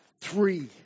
three